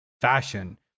fashion